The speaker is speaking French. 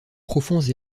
profonds